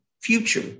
future